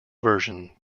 version